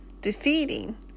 defeating